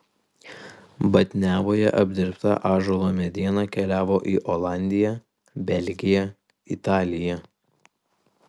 batniavoje apdirbta ąžuolo mediena keliavo į olandiją belgiją italiją